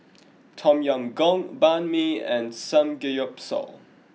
Tom Yam Goong Banh Mi and Samgeyopsal